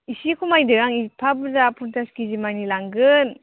एसे खमायदो आं एफा बुरजा पन्सास केजि मानि लांगोन